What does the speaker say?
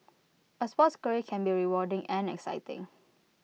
A sports career can be rewarding and exciting